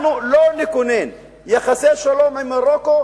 אנחנו לא נכונן יחסי שלום עם מרוקו